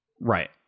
Right